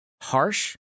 harsh